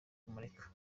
kumureka